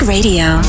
Radio